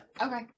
okay